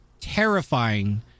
terrifying